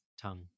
tongue